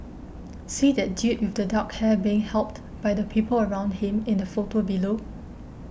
see that dude with the dark hair being helped by the people around him in the photo below